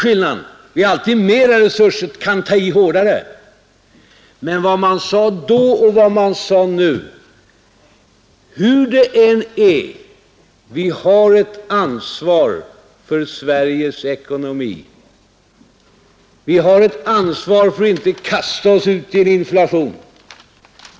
Vi har alltså större resurser nu och kan ta i hårdare, men vad man än säger har vi ett ansvar för Sveriges ekonomi. Vi har ansvar för att inte kasta landet ut i inflation.